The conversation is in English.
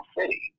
city